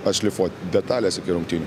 atšlifuot detales iki rungtynių